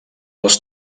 les